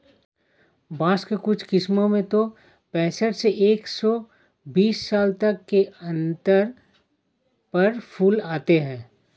बाँस की कुछ किस्मों में तो पैंसठ से एक सौ बीस साल तक के अंतर पर फूल आते हैं